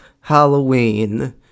Halloween